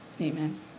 Amen